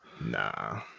Nah